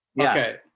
Okay